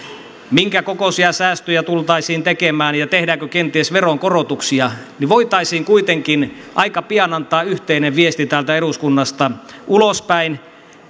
minkä kokoisia säästöjä tultaisiin tekemään ja tehdäänkö kenties veronkorotuksia niin voitaisiin kuitenkin aika pian antaa yhteinen viesti täältä eduskunnasta ulospäin